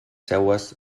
seues